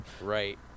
Right